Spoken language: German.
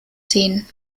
sehen